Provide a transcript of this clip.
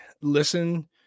listen